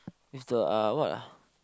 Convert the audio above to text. with the uh what ah